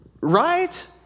Right